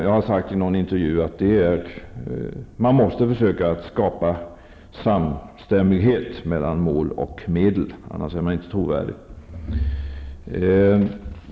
Jag har sagt i en intervju att man måste försöka skapa samstämmighet mellan mål och medel -- annars är man inte trovärdig.